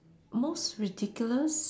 most ridiculous